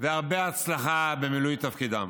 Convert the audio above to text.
והרבה הצלחה במילוי תפקידם.